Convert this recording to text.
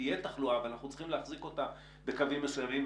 תהיה תחלואה ואנחנו צריכים להחזיק אותה בקווים מסוימים,